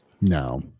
No